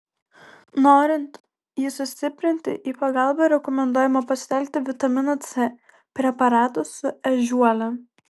norint jį sustiprinti į pagalbą rekomenduojama pasitelkti vitaminą c preparatus su ežiuole